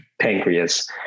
pancreas